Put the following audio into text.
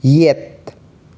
ꯌꯦꯠ